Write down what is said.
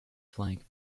flank